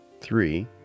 Three